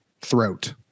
throat